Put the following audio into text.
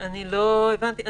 לא הבנתי.